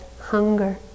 hunger